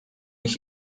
ich